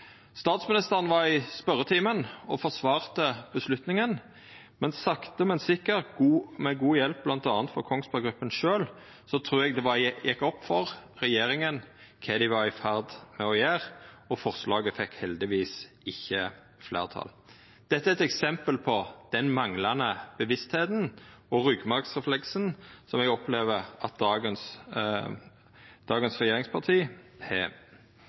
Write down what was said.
Statsministeren var i spørjetimen og forsvarte avgjerda. Sakte, men sikkert – med god hjelp bl.a. frå Kongberg Gruppen sjølv – trur eg det gjekk opp for regjeringa kva dei var i ferd med å gjera, og forslaget fekk heldigvis ikkje fleirtal. Dette er eit eksempel på det manglande medvitet og ryggmargsrefleksen som eg opplever at dagens regjeringsparti har.